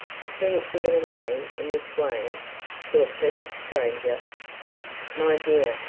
to see it given away in this way to a perfect stranger my dear,